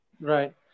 Right